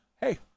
hey